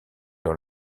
dans